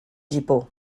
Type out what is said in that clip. gipó